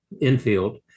infield